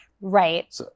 Right